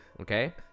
Okay